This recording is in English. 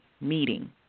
meeting